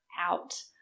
out